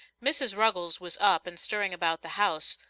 mrs. ruggles was up and stirring about the house,